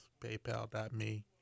PayPal.me